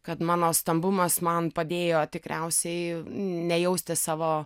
kad mano stambumas man padėjo tikriausiai nejausti savo